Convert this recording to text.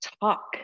talk